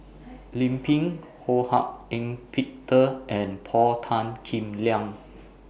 Lim Pin Ho Hak Ean Peter and Paul Tan Kim Liang